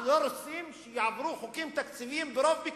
אנחנו לא רוצים שיעברו חוקים תקציביים ברוב מקרי.